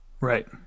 Right